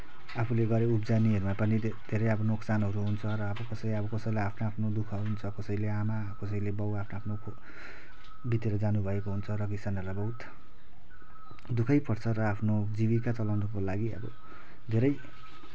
आफूले गरेको उब्जनिहरूमा पनि धेरै अब नोक्सानहरू हुन्छ र अब कसै अब कसैलाई आफ्नो आफ्नो दुःख हुन्छ कसैले आमा कसैले बाउ आफ्नो आफ्नो बितेर जानुभएको हुन्छ र किसानहरूलाई बहुत दुःखै पर्छ र आफ्नो जीविका चलाउनको लागि अब धेरै